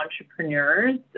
entrepreneurs